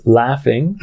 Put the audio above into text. laughing